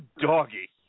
doggy